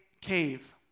cave